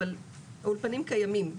אבל האולפנים קיימים.